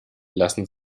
lassen